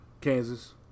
Kansas